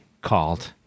called